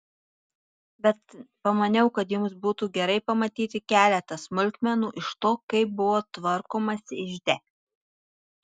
bet pamaniau kad jums būtų gerai pamatyti keletą smulkmenų iš to kaip buvo tvarkomasi ižde